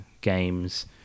games